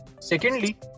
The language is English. Secondly